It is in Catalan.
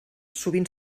sovint